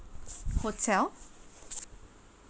hotel